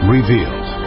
Revealed